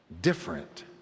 different